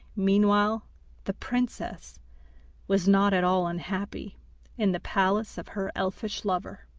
meanwhile the princess was not at all unhappy in the palace of her elfish lover.